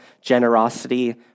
generosity